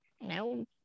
No